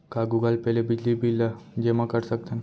का Google Pay ले बिजली बिल ल जेमा कर सकथन?